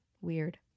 weird